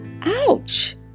Ouch